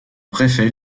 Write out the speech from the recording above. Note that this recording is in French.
préfet